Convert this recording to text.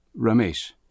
Ramesh